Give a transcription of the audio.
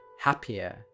happier